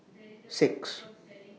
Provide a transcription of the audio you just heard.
six